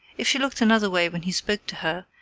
if she looked another way when he spoke to her,